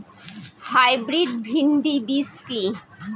Hybrid ভীন্ডি বীজ কি?